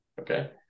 okay